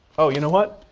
oh, you know what?